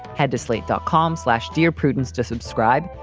head to slate dot com slash. dear prudence to subscribe.